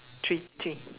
three three